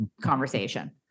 conversation